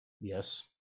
Yes